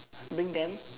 bring them